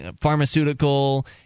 pharmaceutical